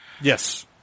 Yes